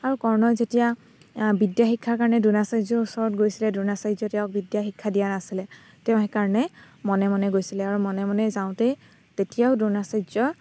আৰু কৰ্ণই যেতিয়া বিদ্যা শিক্ষাৰ কাৰণে দ্ৰোণাচাৰ্যৰ ওচৰত গৈছিলে দ্ৰোণাচাৰ্যই তেওঁক বিদ্যা শিক্ষা দিয়া নাছিলে তেওঁ সেই কাৰণে মনে মনে গৈছিলে আৰু মনে মনেই যাওঁতেই তেতিয়াও দ্ৰোণাচাৰ্য